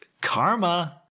Karma